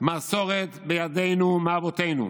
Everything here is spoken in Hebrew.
"מסורת בידינו מאבותינו,